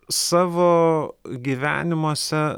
savo gyvenimuose